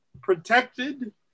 protected